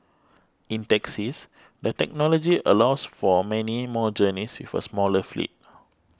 in taxis the technology allows for many more journeys with a smaller fleet